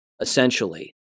essentially